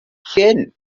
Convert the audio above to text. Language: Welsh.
llyn